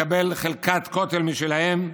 לקבל חלקת כותל משלהם,